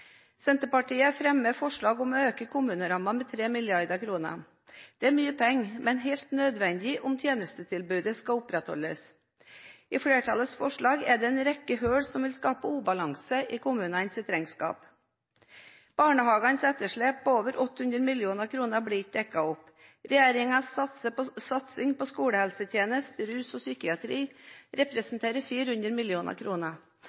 Senterpartiet fremmer forslag om å øke kommunerammene med 3 mrd. kr. Det er mye penger, men helt nødvendig om tjenestetilbudet skal opprettholdes. I flertallets forslag er det en rekke hull som vil skape ubalanse i kommunenes regnskap. Barnehagenes etterslep på over 800 mill. kr blir ikke dekket opp, regjeringens satsing på skolehelsetjeneste, rus og psykiatri